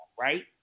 right